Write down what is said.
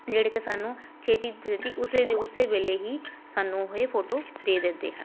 ਜਿਹੜੇ ਕਿ ਸਾਨੂੰ ਛੇਤੀ ਤੋਂ ਛੇਤੀ ਉਸੇ ਦੇ ਉਸੇ ਵੇਲੇ ਹੀ ਸਾਨੂੰ ਇਹ ਫੋਟੋ ਦੇ ਦਿੰਦੇ ਹਨ